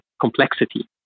complexity